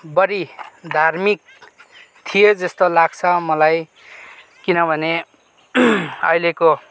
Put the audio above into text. बढी धार्मिक थिए जस्तो लाग्छ मलाई किनभने अहिलेको